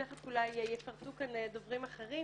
תיכף אולי יפרטו כאן דוברים אחרת,